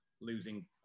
losing